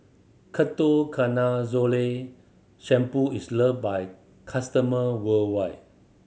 Ketoconazole Shampoo is loved by customer worldwide